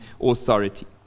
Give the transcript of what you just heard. authority